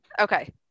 Okay